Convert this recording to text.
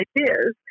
ideas